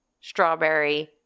strawberry